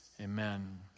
Amen